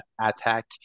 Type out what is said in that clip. attack